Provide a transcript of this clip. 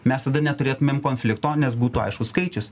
mes tada neturėtumėm konflikto nes būtų aiškus skaičius